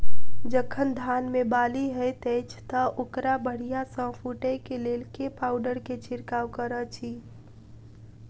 जखन धान मे बाली हएत अछि तऽ ओकरा बढ़िया सँ फूटै केँ लेल केँ पावडर केँ छिरकाव करऽ छी?